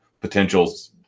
potentials